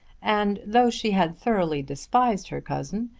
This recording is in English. and, though she had thoroughly despised her cousin,